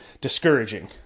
discouraging